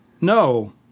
No